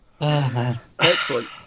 excellent